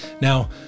Now